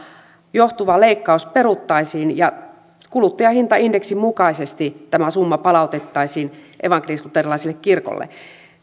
johtuva leikkaus peruttaisiin ja kuluttajahintaindeksin mukaisesti tämä summa palautettaisiin evankelisluterilaiselle kirkolle on arvioitu